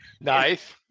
Nice